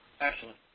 Excellent